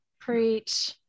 Preach